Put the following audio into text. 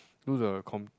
do the com~